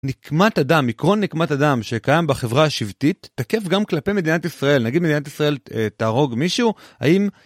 נקמת הדם, עקרון נקמת הדם שקיים בחברה השבטית, תקף גם כלפי מדינת ישראל, נגיד מדינת ישראל תהרוג מישהו, האם